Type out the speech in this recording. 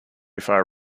far